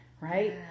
right